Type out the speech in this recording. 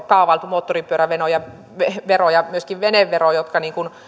kaavailtu moottoripyörävero ja myöskin venevero jotka